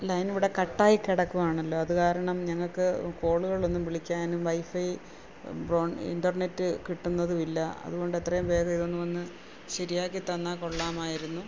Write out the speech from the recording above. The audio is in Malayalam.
ലൈൻ ഇവിടെ കട്ട് ആയി കിടക്കുകയാണല്ലോ അത് കാരണം ഞങ്ങൾക്ക് കോള്കൾ ഒന്നും വിളിക്കാനും വൈഫൈ ഇൻ്റെർനെറ്റ് കിട്ടുന്നതും ഇല്ല അതുകൊണ്ട് എത്രയും വേഗം ഇതൊന്ന് വന്ന് ശരിയാക്കിത്തന്നാൽ കൊള്ളാമായിരുന്നു